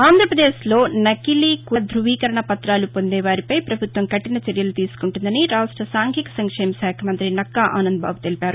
ఆంధ్రాపదేశ్లో నకిలీ కుల ధృవీకరణ పత్రాలు పొందేవారిపై ప్రభుత్వం కఠిన చర్యలు తీసుకుంటుందని రాష్ట్ర సాంఘిక సంక్షేమ శాఖ మంతి నక్కా ఆనంద్ బాబు తెలిపారు